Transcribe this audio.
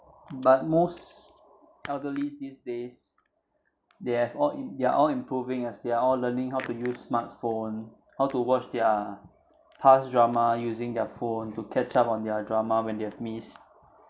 but most elderly these days they have all they're all improving as they are all learning how to use smartphone how to watch their past drama using their phone to catch up on their drama when they've missed